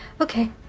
Okay